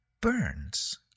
burns